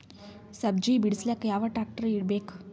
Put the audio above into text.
ಸಜ್ಜಿ ಬಿಡಿಸಿಲಕ ಯಾವ ಟ್ರಾಕ್ಟರ್ ಬೇಕ?